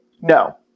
No